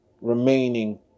remaining